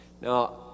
Now